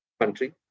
country